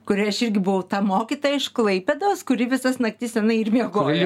kurioj aš irgi buvau ta mokytoja iš klaipėdos kuri visas naktis tenai ir miegojo